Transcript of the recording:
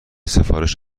سفارش